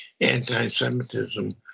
anti-Semitism